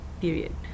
Period